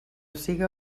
siga